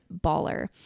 baller